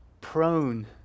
prone